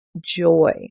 joy